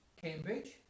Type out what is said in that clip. Cambridge